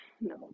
No